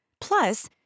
Plus